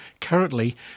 currently